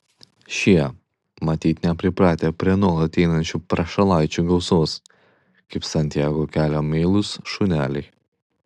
šie matyt nepripratę prie nuolat einančių prašalaičių gausos kaip santiago kelio meilūs šuneliai